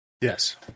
Yes